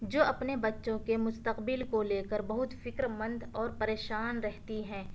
جو اپنے بچوں کے مستقبل کو لے کر بہت فکر مند اور پریشان رہتی ہیں